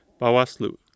Bawaslu